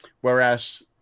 Whereas